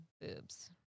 boobs